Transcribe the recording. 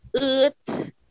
earth